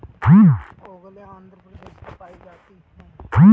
ओंगोले आंध्र प्रदेश में पाई जाती है